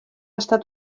estat